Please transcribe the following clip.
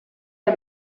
der